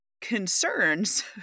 concerns